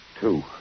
Two